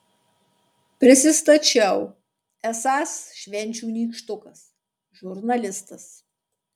prisistačiau esąs švenčių nykštukas žurnalistas